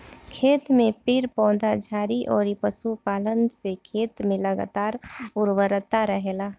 खेत में पेड़ पौधा, झाड़ी अउरी पशुपालन से खेत में लगातार उर्वरता रहेला